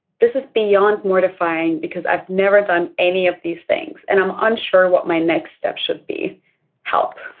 this is beyond mortifying because i've never done any of these things and i'm unsure what my next step should be help.